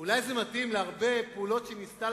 אולי זה מתאים להרבה פעולות שניסתה